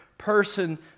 person